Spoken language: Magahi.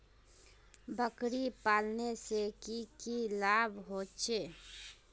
बकरी पालने से की की लाभ होचे?